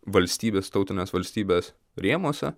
valstybės tautinės valstybės rėmuose